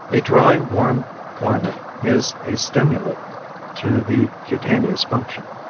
a dry, warm climate is a stimulant to the cutaneous function.